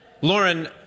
Lauren